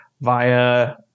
via